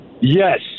Yes